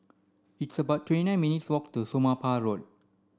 it's about twenty nine minutes' walk to Somapah Road